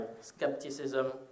skepticism